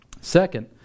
Second